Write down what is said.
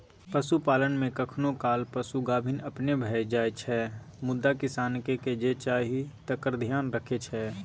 पशुपालन मे कखनो काल पशु गाभिन अपने भए जाइ छै मुदा किसानकेँ जे चाही तकर धेआन रखै छै